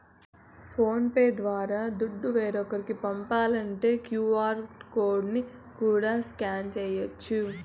phone pay ద్వారా దుడ్డు వేరోకరికి పంపాలంటే క్యూ.ఆర్ కోడ్ ని కూడా స్కాన్ చేయచ్చు